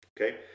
Okay